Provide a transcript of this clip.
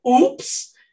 oops